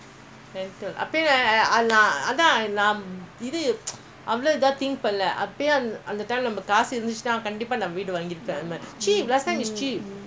flight ticket one million ஓடுது:ooduthu lah ஓடிருக்கா:oodirukka oo இவன்ரொம்பஇதெல்லாம்:ivan romba idhellam